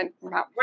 Right